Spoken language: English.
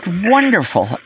wonderful